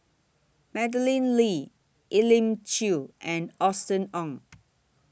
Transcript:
Madeleine Lee Elim Chew and Austen Ong